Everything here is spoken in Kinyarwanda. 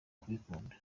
kubikunda